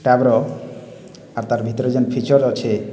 ଟ୍ୟାବର ଆର୍ ତାର୍ ଭିତ୍ରେ ଯେନ୍ ଫିଚର୍ ଅଛେ